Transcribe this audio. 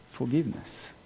forgiveness